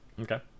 Okay